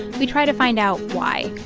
we try to find out why.